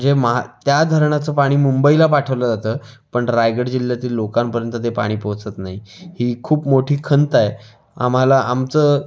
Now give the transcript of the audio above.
म्हणजे महा त्या धरणाचं पाणी मुंबईला पाठवलं जातं पण रायगड जिल्ह्यातील लोकांपर्यंत ते पाणी पोचत नाही ही खूप मोठी खंत आहे आम्हाला आमचं